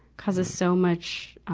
causes so much,